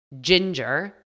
ginger